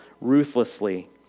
ruthlessly